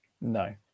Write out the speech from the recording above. No